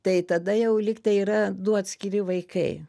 tai tada jau lygtai yra du atskiri vaikai